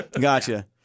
Gotcha